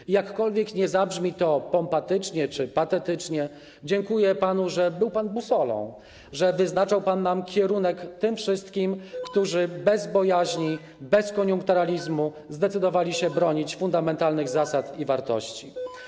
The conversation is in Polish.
I jakkolwiek nie zabrzmi to pompatycznie czy patetycznie, dziękuję panu, że był pan busolą, że wyznaczał pan kierunek nam, tym wszystkim, którzy bez bojaźni, bez koniunkturalizmu zdecydowali się bronić fundamentalnych zasad i wartości.